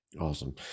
Awesome